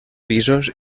pisos